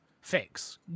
fix